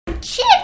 Chip